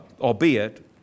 Albeit